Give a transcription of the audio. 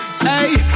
hey